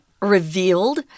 revealed